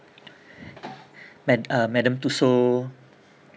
ma~ uh madame tussauds